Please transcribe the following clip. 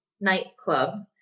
nightclub